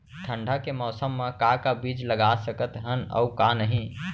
ठंडा के मौसम मा का का बीज लगा सकत हन अऊ का नही?